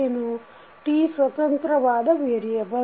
t ಸ್ವತಂತ್ರವಾದ variable